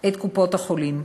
את קופות-החולים.